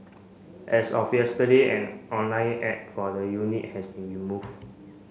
as of yesterday an online ad for the unit has been removed